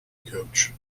coach